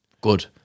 good